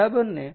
બરાબર ને